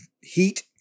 heat